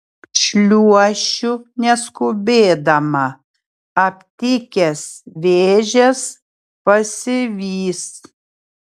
šliuošiu neskubėdama aptikęs vėžes pasivys